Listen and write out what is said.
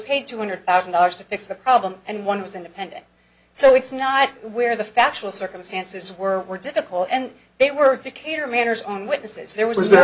paid two hundred thousand dollars to fix the problem and one was independent so it's not where the factual circumstances were difficult and they were decatur manors own witnesses there was